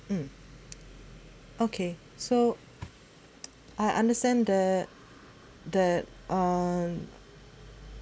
mm okay so I understand the the um